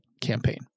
campaign